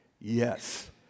Yes